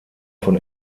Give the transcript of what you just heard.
von